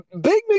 big